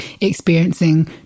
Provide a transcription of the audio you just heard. experiencing